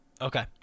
Okay